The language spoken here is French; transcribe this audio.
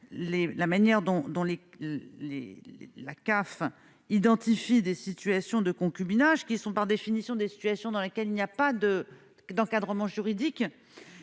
dont les les la CAF identifie des situation de concubinage qui sont par définition des situations dans lesquelles il n'y a pas de d'encadrement juridique